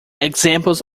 examples